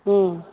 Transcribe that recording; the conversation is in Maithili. हूँ